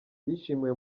bishimiwe